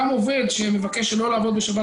גם עובד שמבקש לא לעבוד בשבת,